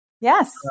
Yes